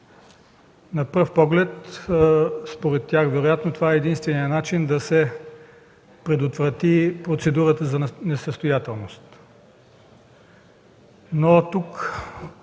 На пръв поглед, според тях, вероятно това е единственият начин да се предотврати процедурата по несъстоятелност. Но тук